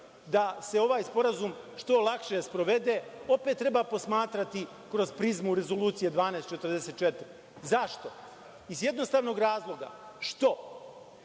da se ovaj sporazum što lakše sprovede, opet treba posmatrati kroz prizmu Rezolucije 1244. Zašto? Iz jednostavnog razloga što